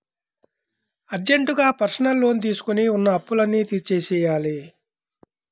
అర్జెంటుగా personal loan తీసుకొని ఉన్న అప్పులన్నీ తీర్చేయ్యాలి